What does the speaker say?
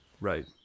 right